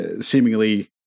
seemingly